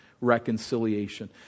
reconciliation